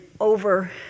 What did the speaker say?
over